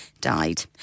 died